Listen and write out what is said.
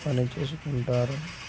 పని చేసుకుంటారు